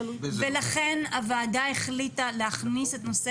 ולכן הוועדה החליטה להכניס את נושא